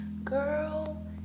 girl